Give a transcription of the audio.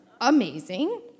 amazing